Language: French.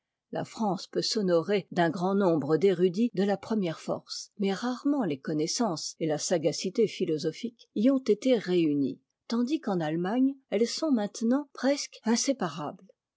la france peut s'honorer d'un grand nombre d'érudits de la première force mais rarement les connaissances et la sagacité philosophique y ont été réunies tandis qu'en allemagne elles sont maintenant presque inséparables